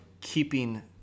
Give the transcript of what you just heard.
keeping